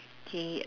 K